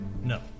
No